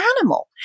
animal